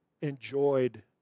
enjoyed